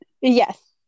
yes